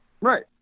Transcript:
right